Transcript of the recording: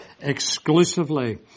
exclusively